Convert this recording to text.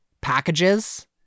packages